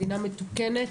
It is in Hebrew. מדינה מתוקנת,